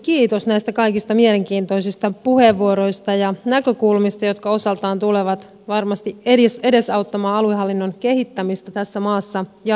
kiitos näistä kaikista mielenkiintoisista puheenvuoroista ja näkökulmista jotka osaltaan tulevat varmasti edesauttamaan aluehallinnon kehittämistä tässä maassa jatkossa